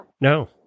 No